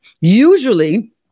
Usually